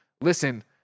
listen